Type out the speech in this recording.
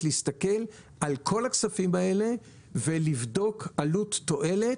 להסתכל על כל הכספים האלה ולבדוק עלות מול תועלת,